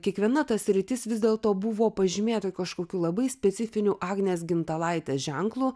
kiekviena ta sritis vis dėlto buvo pažymėta kažkokiu labai specifiniu agnės gintalaitės ženklu